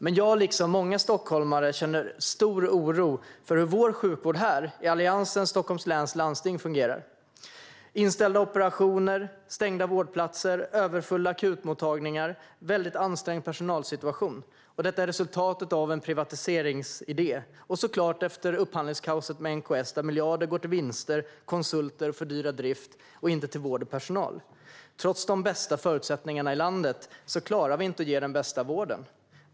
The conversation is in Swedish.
Men jag, liksom många stockholmare, känner stor oro för hur vår sjukvård här, i Alliansens Stockholms läns landsting, fungerar. Det är inställda operationer, stängda vårdplatser, överfulla akutmottagningar och en ansträngd personalsituation. Detta är resultatet av en privatiseringsidé och, såklart, av upphandlingskaoset med NKS, där miljarder går till vinster, konsulter och fördyrad drift och inte till vård och personal. Trots de bästa förutsättningarna i landet klarar vi inte att ge den bästa vården.